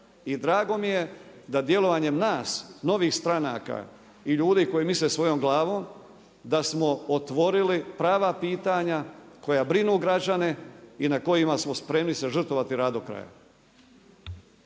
drago mi je da djelovanjem nas novih stranaka i ljudi koji misle svojom glavom, da smo otvorili prava pitanja koja brinu građane i na kojima smo spremni se žrtvovati i raditi do kraja.